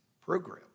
program